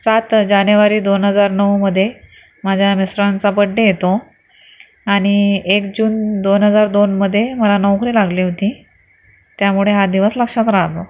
सात जानेवारी दोन हजार नऊमध्ये माझ्या मिस्टरांचा बर्थडे येतो आणि एक जून दोन हजार दोनमध्ये मला नोकरी लागली होती त्यामुळे हा दिवस लक्षात राहतो